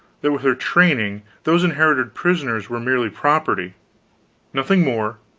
that with her training, those inherited prisoners were merely property nothing more,